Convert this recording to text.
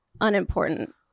unimportant